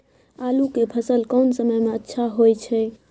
आलू के फसल कोन समय में अच्छा होय छै?